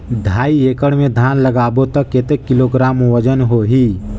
ढाई एकड़ मे धान लगाबो त कतेक किलोग्राम वजन होही?